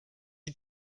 you